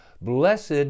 blessed